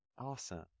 Awesome